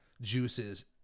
juices